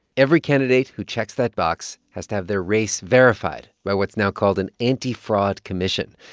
every candidate who checks that box has to have their race verified by what's now called an anti-fraud commission.